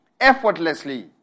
effortlessly